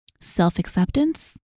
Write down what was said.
self-acceptance